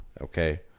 okay